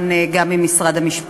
עברה בקריאה שלישית.